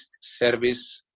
service